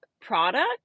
product